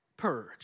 Purge